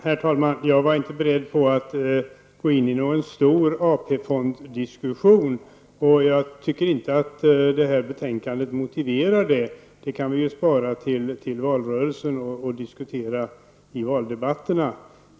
Herr talman! Jag var inte beredd på att gå in i någon stor AP-fondsdiskussion, och jag tycker inte att detta betänkande motiverar det. Vi kan spara detta till valrörelsen och diskutera i valdebatterna.